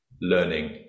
learning